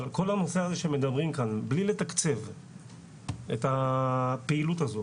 אבל כל הנושא הזה שמדברים כאן בלי לתקצב את הפעילות הזאת.